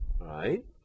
right